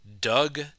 Doug